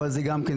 אבל זה גם כן,